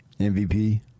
MVP